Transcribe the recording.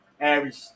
average